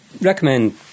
recommend